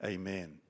Amen